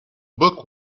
book